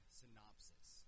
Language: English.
synopsis